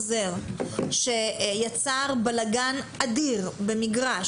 ומדובר בעבריין חוזר שיצר בלגן אדיר במגרש,